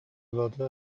العاده